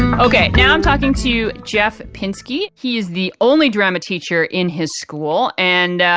okay. now i'm talking to jeff pinsky. he is the only drama teacher in his school and,